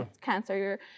cancer